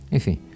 Enfim